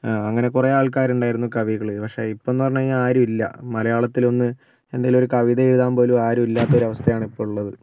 അങ്ങനെ കുറെ ആൾക്കാർ ഉണ്ടായിരുന്നു കവികൾ പക്ഷേ ഇപ്പം എന്ന് പറഞ്ഞു കഴിഞ്ഞാൽ ആരുമില്ല മലയാളത്തിൽ ഒന്ന് എന്തെങ്കിലും ഒരു കവിത എഴുതാൻ പോലും ആരും ഇല്ലാത്ത ഒരു അവസ്ഥയാണ് ഇപ്പോൾ ഉള്ളത്